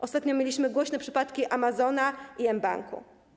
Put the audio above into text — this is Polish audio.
Ostatnio mieliśmy głośne przypadki Amazona i mBanku.